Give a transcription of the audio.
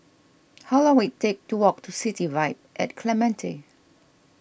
how long will it take to walk to City Vibe at Clementi